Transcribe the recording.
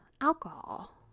alcohol